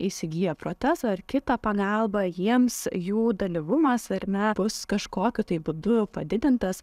įsigiję protezą ar kitą pagalbą jiems jų dalyvumas ar ne bus kažkokiu būdu padidintas